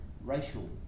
racial